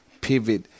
pivot